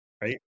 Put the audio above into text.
right